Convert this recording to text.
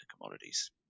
commodities